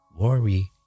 worry